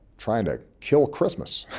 trying to kill christmas.